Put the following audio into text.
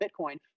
Bitcoin